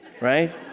right